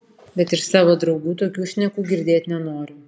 bet iš savo draugų tokių šnekų girdėt nenoriu